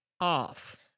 off